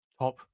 top